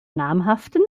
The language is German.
namhaften